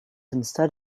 instead